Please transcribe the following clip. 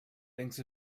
thinks